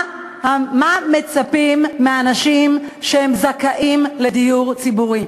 מה מצפים מאנשים שזכאים לדיור ציבורי?